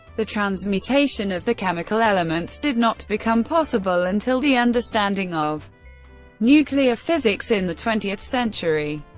the transmutation of the chemical elements did not become possible until the understanding of nuclear physics in the twentieth century.